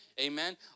Amen